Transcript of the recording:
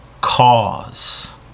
cause